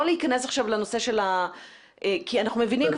לא להיכנס עכשיו לנושא כי אנחנו כבר מבינים.